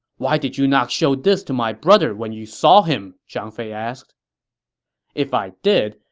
why did you not show this to my brother when you saw him? zhang fei asked if i did,